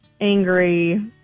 angry